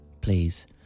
please